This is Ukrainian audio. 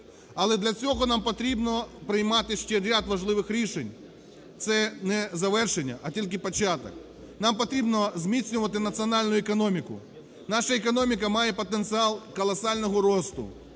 Але для цього нам потрібно приймати ще ряд важливих рішень, це не завершення, а тільки початок. Нам потрібно зміцнювати національну економіку, наша економіка має потенціал колосального росту